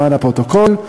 למען הפרוטוקול.